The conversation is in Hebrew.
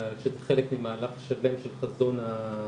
שזה חלק ממהלך שלם של חזון המשרד